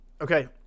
Okay